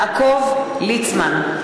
יעקב ליצמן,